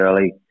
early